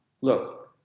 look